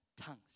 tongues